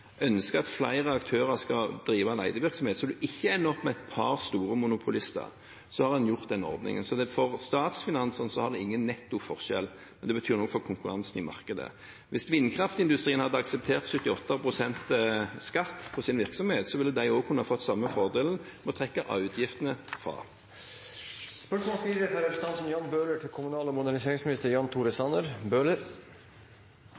flere aktører skal drive letevirksomhet så en ikke ender med et par store monopolister, har en innført denne ordningen. For statsfinansene utgjør det ingen netto forskjell, men det betyr noe for konkurransen i markedet. Hvis vindkraftindustrien hadde akseptert 78 pst. skatt på sin virksomhet, ville de også kunne fått samme fordelen og trekke utgiftene fra. Jeg tillater meg å stille følgende spørsmål til kommunal- og